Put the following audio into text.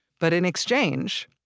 but in exchange,